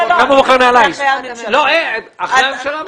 אחרי הממשלה.